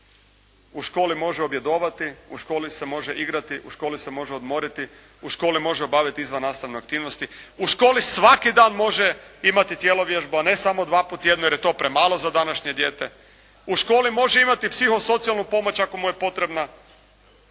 u školi može objedovati, u školi se može igrati, u školi se može odmoriti, u školi može obavljati izvan nastavne aktivnosti, u školi svaki dan može imati tjelovježbu a ne samo dva puta tjedno jer je to premalo za današnje dijete. U školi može imati psihosocijalnu pomoć ako mu je potrebna.